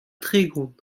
tregont